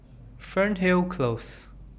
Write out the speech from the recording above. Fernhill Close